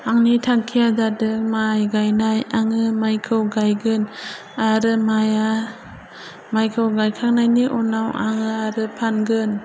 आंनि थांखिया जादों माइ गायनाय आङो माइखौ गायगोन आरो माइआ माइखौ गायखांनायनि उनाव आङो आरो फानगोन